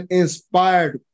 inspired